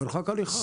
מרחק הליכה.